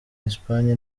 espagne